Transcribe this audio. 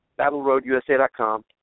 BattleRoadUSA.com